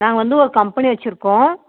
நாங்கள் வந்து ஒரு கம்பெனி வச்சுருக்கோம்